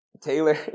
taylor